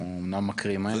אנחנו אומנם מקריאים מהר.